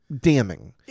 damning